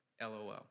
LOL